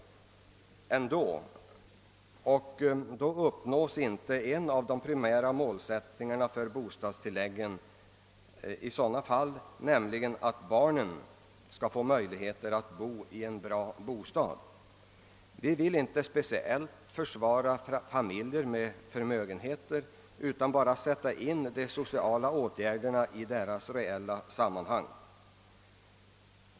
I sådana fall uppnås inte en av de primära målsättningarna för bostadstilläggen, nämligen att barnen skall få möjligheter att få bo i en bra bostad. Vi vill inte speciellt försvara familjer med förmögenhet utan bara sätta in de sociala åtgärderna i deras reella sammanhang.